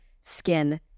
skin